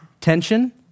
Tension